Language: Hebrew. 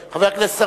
חבר הכנסת צרצור.